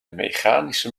mechanische